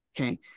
Okay